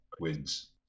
wins